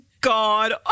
God